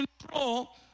control